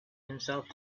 himself